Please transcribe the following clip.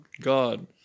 God